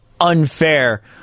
unfair